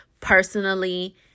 personally